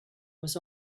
was